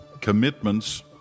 commitments